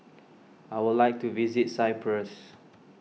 I would like to visit Cyprus